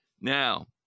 Now